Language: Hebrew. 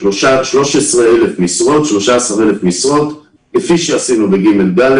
עד 13,000 משרות כפי שעשינו בג'-ד'